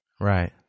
Right